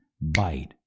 bite